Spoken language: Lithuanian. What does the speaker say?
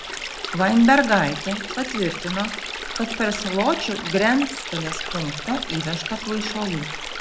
vainbergaitė patvirtino kad per saločių grenctalės punktą įvežta kvaišalų